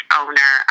owner